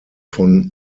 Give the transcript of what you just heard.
von